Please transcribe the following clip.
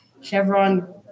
Chevron